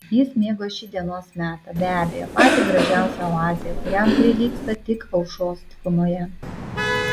jis mėgo šį dienos metą be abejo patį gražiausią oazėje kuriam prilygsta tik aušros dykumoje